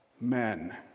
men